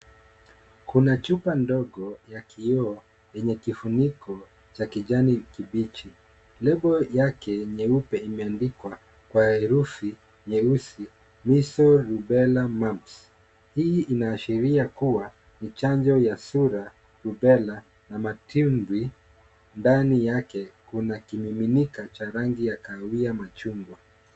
Kuna chupa ndogo ya kioo yenye kifuniko cha kijani kibichi, lebo yake nyeupe imeandikwa kwa herufi nyeusi, measles, rubella, mumps , hii inaashiria kuwa ni chanjo ya surua, rubela na matubwi, ndani yake kuna kimiminika cha rangi ya kahawia machungwa.